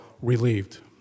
relieved